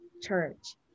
church